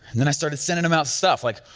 and then i started sending them out stuff like,